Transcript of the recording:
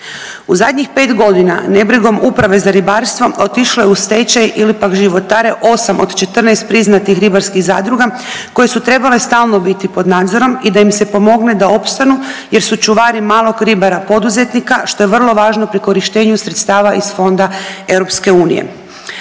U zadnjih 5.g. nebrigom Uprave za ribarstvo otišlo je u stečaj ili pak životare 8 od 14 priznatih ribarskih zadruga koje su trebale stalno biti pod nadzorom i da im se pomogne da opstanu jer su čuvari malog ribara poduzetnika što je vrlo važno pri korištenju sredstava iz Fonda EU.